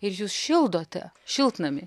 ir jūs šildote šiltnamį